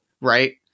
Right